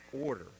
order